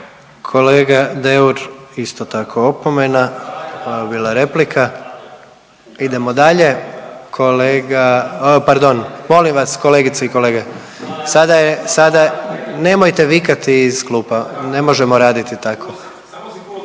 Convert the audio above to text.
Kolega Deur, isto tako opomena, ovo je bila replika. Idemo dalje. Kolega, pardon, molim vas, kolegice i kolege. Sada je, sada, nemojte vikati iz klupa. Ne možemo raditi tako.